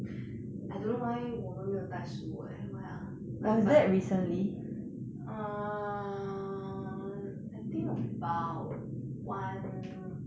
I don't know why 我们没有带食物 eh why ah like but err I think about one